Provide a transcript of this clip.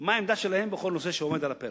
מה העמדה שלהם בכל נושא שעומד על הפרק,